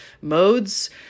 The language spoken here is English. modes